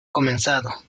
comenzado